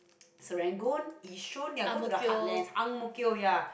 Serangoon Yishun ya go to the heartlands Ang-Mo-Kio ya